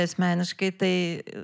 asmeniškai tai